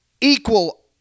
equal